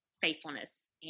faithfulness